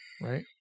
right